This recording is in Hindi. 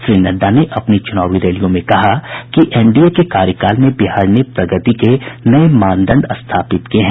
श्री नड्डा ने अपनी चुनावी रैलियों में कहा कि एनडीए के कार्यकाल में बिहार ने प्रगति के नये मानदंड स्थापित किये हैं